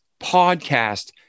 podcast